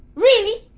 really?